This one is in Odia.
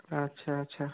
ଆଚ୍ଛା ଆଚ୍ଛା